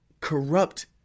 corrupt